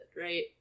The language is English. right